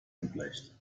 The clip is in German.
geblecht